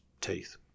teeth